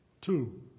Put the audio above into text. Two